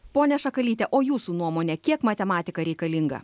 pone šakalyte o jūsų nuomone kiek matematika reikalinga